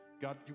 God